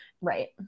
right